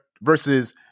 versus